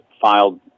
filed